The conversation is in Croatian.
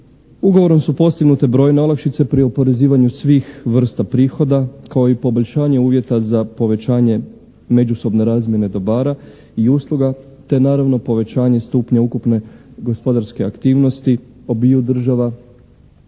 Ugovorom su postignute brojne olakšice pri oporezivanju svih vrsta prihoda, kao i poboljšanje uvjeta za povećanje međusobne razmjene dobara i usluga te naravno povećanje stupnja ukupne gospodarske aktivnosti obiju država